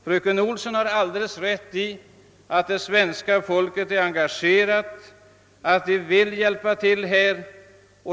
Fröken Olsson har alldeles rätt i att det svenska folket är engagerat, att vi vill hjälpa till här.